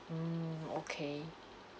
mm okay